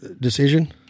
decision